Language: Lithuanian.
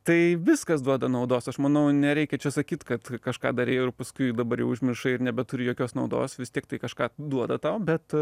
tai viskas duoda naudos aš manau nereikia čia sakyt kad kažką darei paskui dabar jau užmiršai ir nebeturi jokios naudos vis tiek tai kažką duoda tau bet